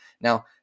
Now